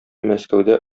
мәскәүдә